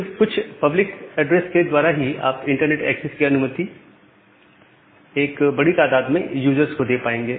सिर्फ कुछ public address के द्वारा ही आप इंटरनेट एक्सेस की अनुमति एक बड़ी तादाद में यूजर्स को दे पाएंगे